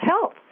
health